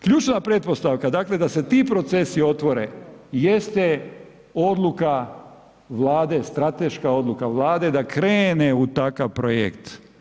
Ključna pretpostavka dakle da se ti procesi otvore, jeste odluka Vlade, strateška odluka Vlade da krene u takav projekt.